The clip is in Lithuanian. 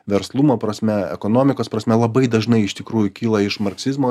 verslumo prasme ekonomikos prasme labai dažnai iš tikrųjų kyla iš marksizmo